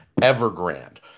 Evergrande